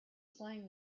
slang